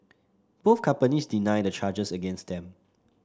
both companies deny the charges against them